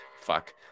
fuck